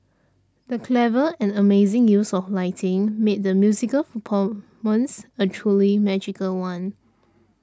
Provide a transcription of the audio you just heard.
the clever and amazing use of lighting made the musical performance a truly magical one